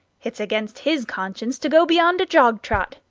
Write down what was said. it's against his conscience to go beyond a jog-trot.